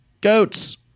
GOATS